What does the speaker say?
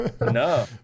No